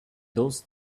those